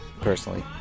Personally